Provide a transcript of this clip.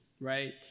right